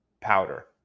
powder